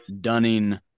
dunning